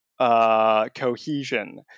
cohesion